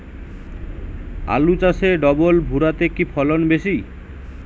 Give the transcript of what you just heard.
আলু চাষে ডবল ভুরা তে কি ফলন বেশি?